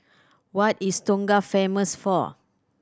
what is Tonga famous for